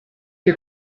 che